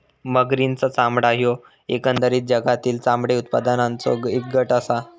मगरींचा चामडा ह्यो एकंदरीत जगातील चामडे उत्पादनाचों एक गट आसा